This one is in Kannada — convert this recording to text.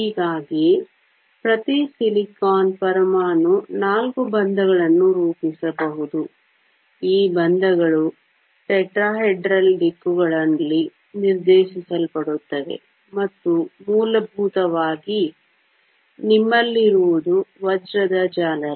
ಹೀಗಾಗಿ ಪ್ರತಿ ಸಿಲಿಕಾನ್ ಪರಮಾಣು ನಾಲ್ಕು ಬಂಧಗಳನ್ನು ರೂಪಿಸಬಹುದು ಈ ಬಂಧಗಳು ಟೆಟ್ರಾಹೆಡ್ರಲ್ ದಿಕ್ಕುಗಳಲ್ಲಿ ನಿರ್ದೇಶಿಸಲ್ಪಡುತ್ತವೆ ಮತ್ತು ಮೂಲಭೂತವಾಗಿ ನಿಮ್ಮಲ್ಲಿರುವುದು ವಜ್ರದ ಜಾಲರಿ